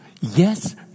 Yes